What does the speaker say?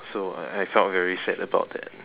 so I I felt very sad about that